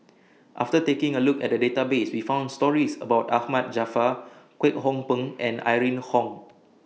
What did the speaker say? after taking A Look At The Database We found stories about Ahmad Jaafar Kwek Hong Png and Irene Khong